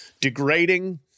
degrading